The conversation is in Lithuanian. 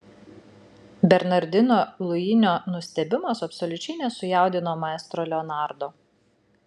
bernardino luinio nustebimas absoliučiai nesujaudino maestro leonardo